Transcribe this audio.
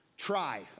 Try